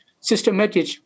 systematic